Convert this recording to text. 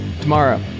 tomorrow